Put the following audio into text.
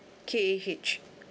K A H